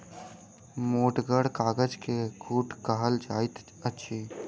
मोटगर कागज के कूट कहल जाइत अछि